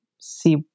see